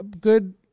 good